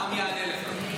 רם יענה לך.